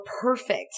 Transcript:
perfect